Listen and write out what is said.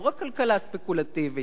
לא רק כלכלה ספקולטיבית.